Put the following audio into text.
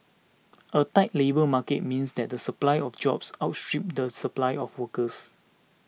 a tight labour market means that the supply of jobs outstrip the supply of workers